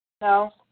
No